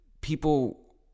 people